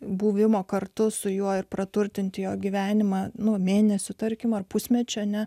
buvimo kartu su juo ir praturtinti jo gyvenimą nuo mėnesių tarkim ar pusmečio ne